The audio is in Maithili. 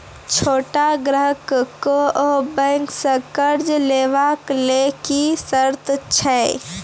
छोट ग्राहक कअ बैंक सऽ कर्ज लेवाक लेल की सर्त अछि?